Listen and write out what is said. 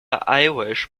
irish